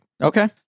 Okay